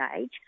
age